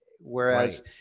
Whereas